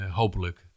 hopelijk